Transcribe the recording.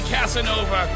Casanova